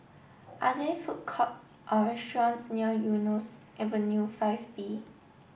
are there food courts or restaurants near Eunos Avenue five B